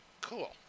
Cool